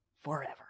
forever